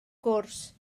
gwrs